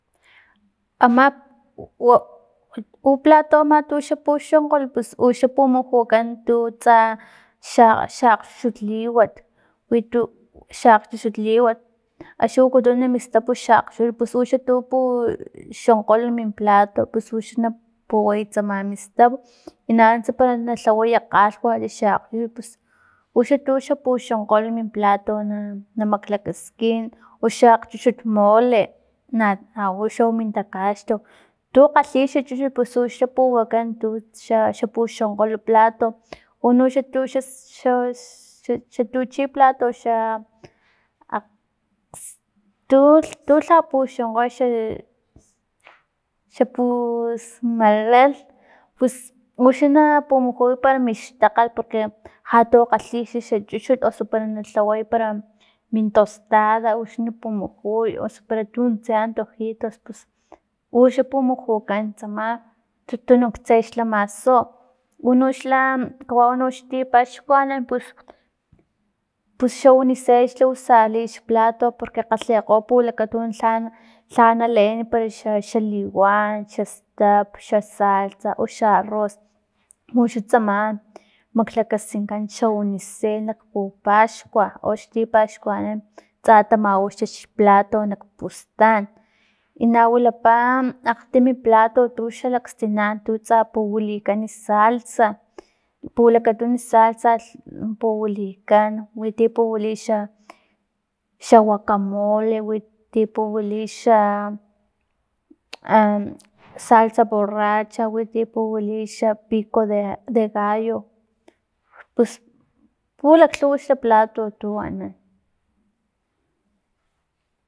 Ama u plato tu xa puxonkgol pus uxa pumujukan tu tsa xa akgchuchut liwat witu xa akgchuchut liwat axni wakutun mistapu xa akgchuchut pus uxa tu puxonkgol min plato pus uxa tu puway tsama mistapu nanunts pero na lhaway kgalhwat xa akchucht pus uxa tu xa puxonkgol mi plato na maklakaskin oxa akgchuchut mole na uxa min takaxlaw tu kgalhi xa chuchut pus uxa puwakan tu xa puxonkgol plato uno xa tu xa xa tuchi plato xa aks tu lha xa puxonkgol xa pusmalal pus uxa na pumujuy para mi xtakal porque lhatokgalhi xa xchuchut osu para na tlaway xa para min tostada uxa na pumujuy osu para tuntse antojitos pus uxa pumujukan tsama tunuk tse xa masu unoxla kawau ti paxkuanan pus xa unicel xa usarli xplato porque kgalhikgo pulakatun lha lha na leen para xa liwan xastap xasalsa o xa arroz uxa tsama maklakaskinkan xa unicel nak pupaxkua o axni ti paxkuanan tsa tamawa xplato kpustan y na wilipa akgtimi plato tu xalakstina tu tsa puwilikan salsa pulakatunu salsa puwilikan witi puwili xa xa wakamole witi puwili xa ama salsa borracha witi puwili xa pico de gallo pus pulaklhuw xa plato tu anan.